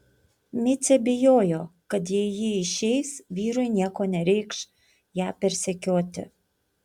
micė bijojo kad jei ji išeis vyrui nieko nereikš ją persekioti